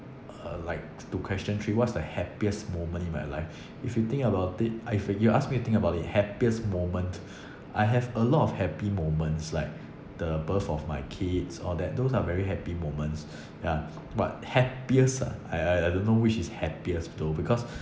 uh like to question three what's the happiest moment in my life if you think about it I if you ask me to think about it the happiest moment I have a lot of happy moments like the birth of my kids or that those are very happy moments ya but happiest ah I I don't know which is happiest though because